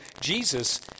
Jesus